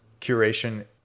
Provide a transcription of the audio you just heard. curation